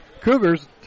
Cougars